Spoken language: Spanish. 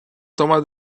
tomas